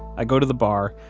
i go to the bar,